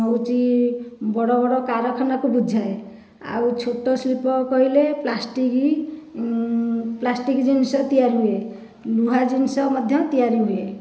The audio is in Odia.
ହେଉଛି ବଡ଼ ବଡ଼ କାରଖାନାକୁ ବୁଝାଏ ଆଉ ଛୋଟ ଶିଳ୍ପ କହିଲେ ପ୍ଲାଷ୍ଟିକ୍ ପ୍ଲାଷ୍ଟିକ୍ ଜିନିଷ ତିଆରି ହୁଏ ଲୁହା ଜିନିଷ ମଧ୍ୟ ତିଆରି ହୁଏ